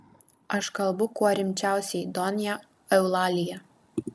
aš kalbu kuo rimčiausiai donja eulalija